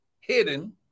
hidden